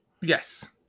Yes